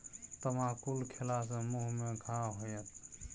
तमाकुल खेला सँ मुँह मे घाह होएत